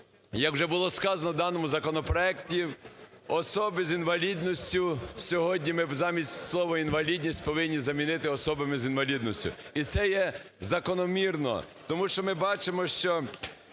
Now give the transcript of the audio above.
як вже було сказано, в даному законопроекті особи з інвалідністю, сьогодні ми замість слово "інвалідність" повинні замінити "особами з інвалідністю". І це є закономірно, тому що ми бачимо, що